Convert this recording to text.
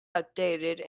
outdated